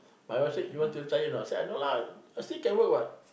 my wife said you want to retire a not I say no lah I still can work what